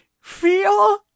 feel